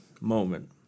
moment